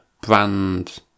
brand